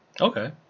Okay